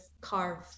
carve